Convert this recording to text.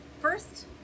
first